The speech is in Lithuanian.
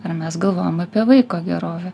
ar mes galvojam apie vaiko gerovę